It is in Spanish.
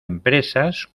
empresas